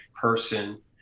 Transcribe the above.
person